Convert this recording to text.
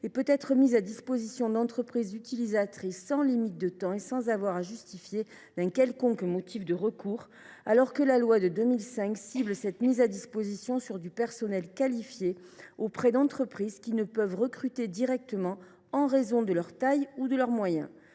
et peut être mis à disposition d’entreprises utilisatrices sans limite de temps et sans avoir à justifier d’un quelconque motif de recours. « Alors que la loi de 2005 cible cette mise à disposition sur du personnel qualifié auprès d’entreprises qui ne peuvent recruter directement “en raison de leur taille ou de leurs moyens”,